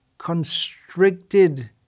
constricted